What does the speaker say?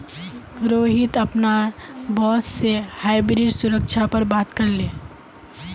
रोहित अपनार बॉस से हाइब्रिड सुरक्षा पर बात करले